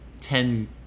ten